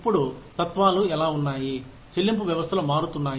ఇప్పుడు తత్వాలు ఎలా ఉన్నాయి చెల్లింపు వ్యవస్థలు మారుతున్నాయి